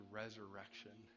resurrection